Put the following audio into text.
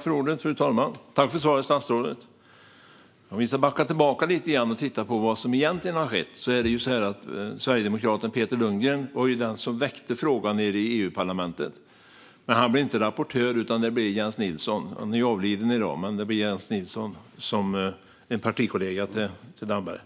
Fru talman! Tack för svaret, statsrådet! Vi ska backa tillbaka lite grann och titta på vad som egentligen har skett. Sverigedemokraten Peter Lundgren var den som väckte frågan i EU-parlamentet. Men han blev inte rapportör, utan det blev Jens Nilsson - han är i dag avliden - en partikollega till Damberg.